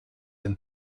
een